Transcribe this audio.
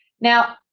Now